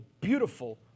beautiful